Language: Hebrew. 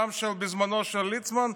גם בזמנו של ליצמן,